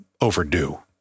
overdue